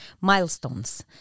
milestones